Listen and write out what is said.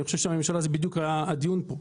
אני חושב הממשלה זה בדיוק הדיון פה.